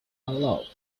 aloft